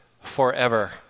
forever